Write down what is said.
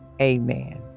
Amen